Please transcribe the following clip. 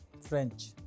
French